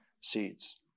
seeds